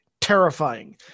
terrifying